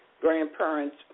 Grandparents